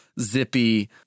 Zippy